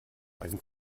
ein